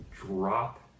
drop